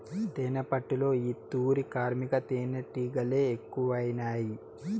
తేనెపట్టులో ఈ తూరి కార్మిక తేనీటిగలె ఎక్కువైనాయి